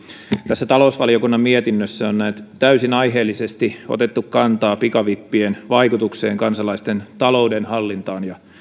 tässä talousvaliokunnan mietinnössä on näet täysin aiheellisesti otettu kantaa pikavippien vaikutukseen kansalaisten talouden hallintaan ja